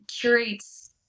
curates